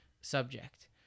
subject